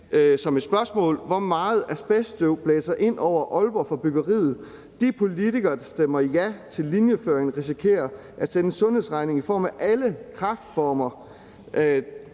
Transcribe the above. hvor meget asbest der blæser ind over Aalborg fra byggeriet; de politikere, der stemmer ja til linjeføringen, risikerer at sende en sundhedsregning for alle kræftformer.